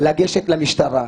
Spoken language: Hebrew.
לגשת למשטרה,